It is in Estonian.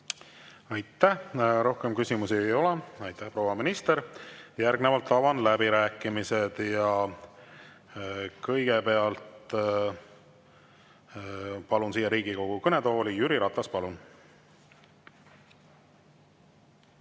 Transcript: Aitäh! Rohkem küsimusi ei ole. Aitäh, proua minister! Järgnevalt avan läbirääkimised ja kõigepealt palun siia Riigikogu kõnetooli, Jüri Ratas. Palun!